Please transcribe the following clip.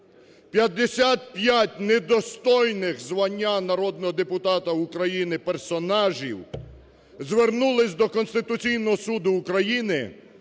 55 недостойних звання народного депутата України, персонажів, звернулися до Конституційного Суду України